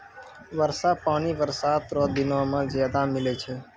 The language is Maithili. वर्षा पानी बरसात रो दिनो मे ज्यादा मिलै छै